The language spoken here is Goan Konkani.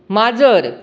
माजर